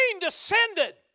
descended